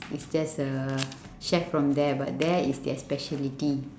is just a chef from there but there is their speciality